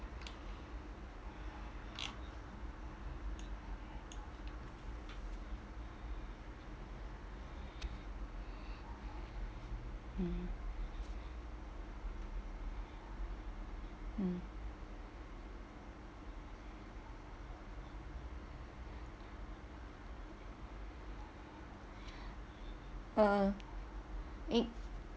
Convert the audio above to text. mm mm uh in